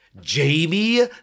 Jamie